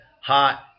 Hot